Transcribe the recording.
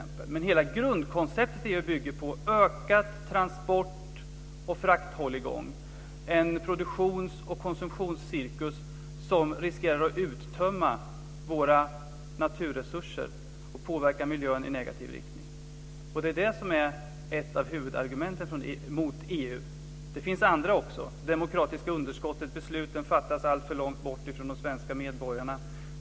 Men hela grundkonceptet EU bygger på ökat transport och frakthålligång, en produktions och konsumtionscirkus som riskerar att uttömma våra naturresurser och påverka miljön i negativ riktning. Det är ett av huvudargumenten mot EU. Det finns också andra. Vi har det demokratiska underskottet. Besluten fattas alltför långt bort från de svenska medborgarna.